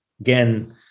again